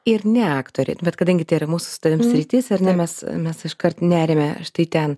ir ne aktoriai bet kadangi tai yra mūsų su tavim sritis ar ne mes mes iškart neriame štai ten